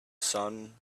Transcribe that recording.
sun